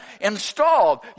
installed